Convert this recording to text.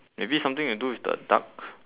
maybe something to do with the duck